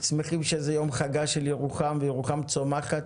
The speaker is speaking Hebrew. ושמחים שזה יום חגה של ירוחם, וירוחם צומחת,